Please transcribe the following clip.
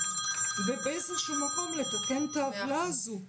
ובאיזשהו מקום לתקן את העוולה הזו.